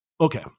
Okay